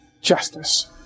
justice